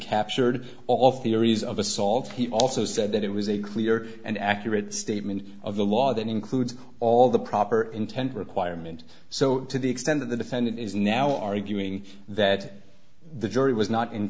captured all theories of assault he also said that it was a clear and accurate statement of the law that includes all the proper intent requirement so to the extent of the defendant is now arguing that the jury was not in